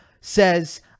says